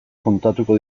kontatuko